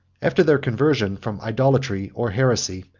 after their conversion from idolatry or heresy,